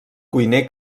cuiner